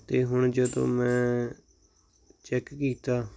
ਅਤੇ ਹੁਣ ਜਦੋਂ ਮੈਂ ਚੈੱਕ ਕੀਤਾ